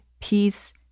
peace